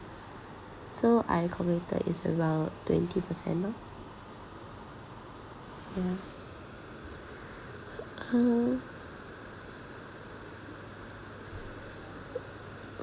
so I committed is around twenty percent lor uh